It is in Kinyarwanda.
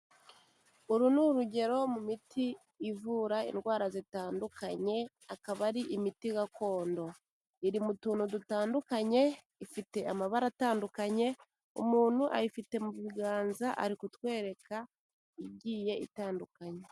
Uru ni urugero mu miti ivura indwara zitandukanye akaba ari imiti gakondo, iri mu tuntu dutandukanye ifite amabara atandukanye, umuntu ayifite mu biganza ari kutwereka igiye itandukanye.